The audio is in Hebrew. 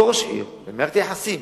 אותו ראש עיר, במערכת היחסים